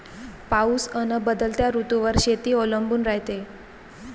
पाऊस अन बदलत्या ऋतूवर शेती अवलंबून रायते